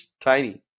tiny